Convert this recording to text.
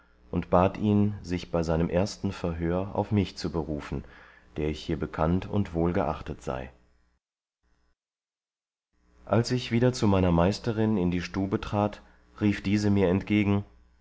und bat ihn sich bei seinem ersten verhör auf mich zu berufen der ich hier bekannt und wohlgeachtet sei als ich wieder zu meiner meisterin in die stube trat rief diese mir entgegen